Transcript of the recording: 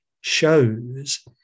shows